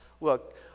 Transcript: Look